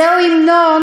זהו המנון,